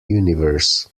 universe